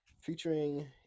Featuring